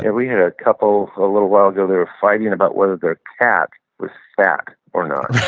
and we had a couple a little while ago. they're fighting about whether their cat was zach or not.